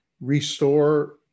restore